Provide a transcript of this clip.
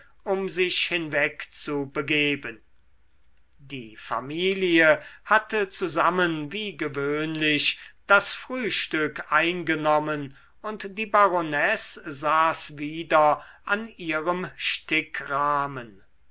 um sich hinwegzubegeben die familie hatte zusammen wie gewöhnlich das frühstück eingenommen und die baronesse saß wieder an ihrem stickrahmen